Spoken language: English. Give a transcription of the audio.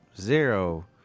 zero